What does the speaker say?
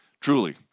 truly